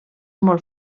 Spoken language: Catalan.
molt